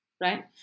right